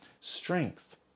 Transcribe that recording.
strength